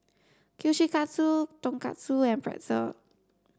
Kushikatsu Tonkatsu and Pretzel